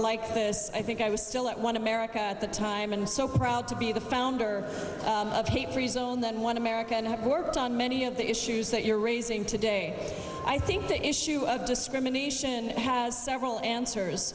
like this i think i was still at one america at the time and so proud to be the founder of hate free zone than one america and have worked on many of the issues that you're raising today i think the issue of discrimination has several answers